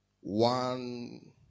one